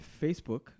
facebook